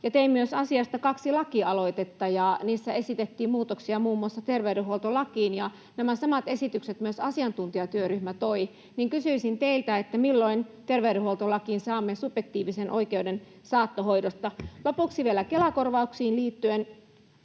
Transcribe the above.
Tein asiasta myös kaksi lakialoitetta. Niissä esitettiin muutoksia muun muassa terveydenhuoltolakiin, ja nämä samat esitykset myös asiantuntijatyöryhmä toi. Kysyisin teiltä: milloin terveydenhuoltolakiin saamme subjektiivisen oikeuden saattohoidosta? Lopuksi vielä Kela-korvauksiin liittyen: